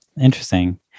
Interesting